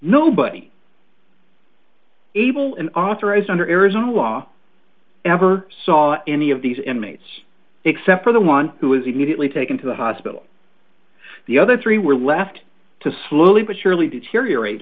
nobody able an authorized under arizona law ever saw any of these inmates except for the one who was immediately taken to the hospital the other three were left to slowly but surely deteriorate